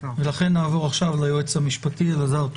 ולכן נעבור עכשיו ליועץ המשפטי אלעזר.